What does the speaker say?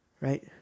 Right